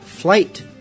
Flight